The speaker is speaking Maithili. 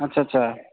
ओ हॅं रोल आबै छै